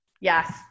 Yes